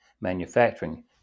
manufacturing